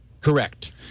Correct